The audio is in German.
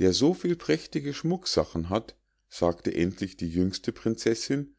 der so viel prächtige schmucksachen hat sagte endlich die jüngste prinzessinn